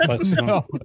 No